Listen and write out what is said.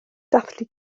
dathlu